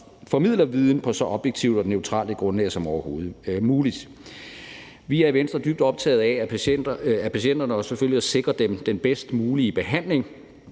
formidler viden på så objektivt og neutralt et grundlag som overhovedet muligt. Vi er i Venstre dybt optaget af patienterne og selvfølgelig af at sikre dem den bedst mulige behandling